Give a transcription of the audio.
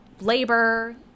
labor